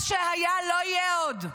מה שהיה, לא יהיה עוד.